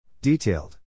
Detailed